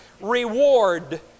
reward